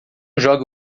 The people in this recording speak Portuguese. jogue